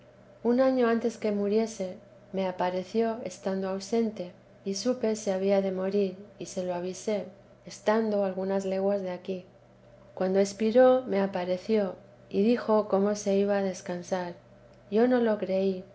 un año antes que muriese me apareció estando ausente y supe se había de morir y se lo avisé estando algunas leguas de aquí cuando expiró me apareció y dijo cómo se iba a descansar yo no lo creí